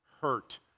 hurt